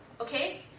okay